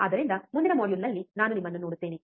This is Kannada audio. ಆದ್ದರಿಂದ ಮುಂದಿನ ಮಾಡ್ಯೂಲ್ನಲ್ಲಿ ನಾನು ನಿಮ್ಮನ್ನು ನೋಡುತ್ತೇನೆ